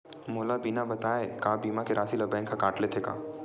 मोला बिना बताय का बीमा के राशि ला बैंक हा कत लेते का?